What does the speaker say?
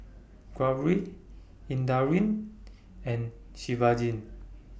Gauri Indranee and Shivaji